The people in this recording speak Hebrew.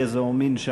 גזע ומין,